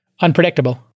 unpredictable